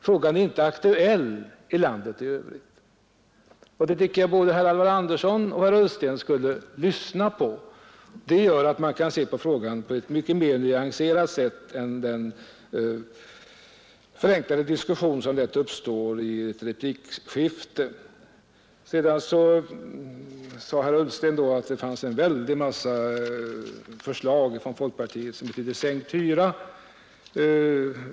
Frågan är inte aktuell i landet i övrigt. Det tycker jag både herr Alvar Andersson i Knäred och herr Ullsten skulle lyssna på. Det gör att man kan se på frågan på ett mycket mer nyanserat sätt än i den förenklade diskussion som lätt uppstår i ett replikskifte. Sedan sade herr Ullsten att det fanns en mängd förslag från folkpartiet som betyder sänkt hyra.